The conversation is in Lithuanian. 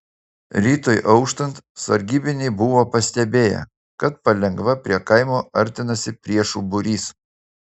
rytui auštant sargybiniai buvo pastebėję kad palengva prie kaimo artinasi priešų būrys